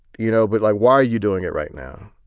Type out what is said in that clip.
you know? but like, why are you doing it right now?